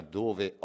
dove